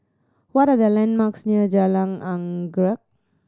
what are the landmarks near Jalan Anggerek